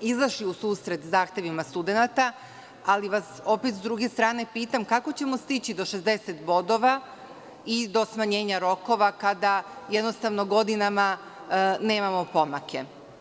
izašli u susret zahtevima studenata, ali vas opet, sa druge strane, pitam – kako ćemo stići do 60 bodova i do smanjenja rokova, kada godinama nemamo pomake?